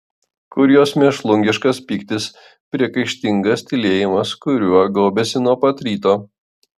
kur jos mėšlungiškas pyktis priekaištingas tylėjimas kuriuo gaubėsi nuo pat ryto